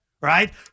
right